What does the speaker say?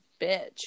bitch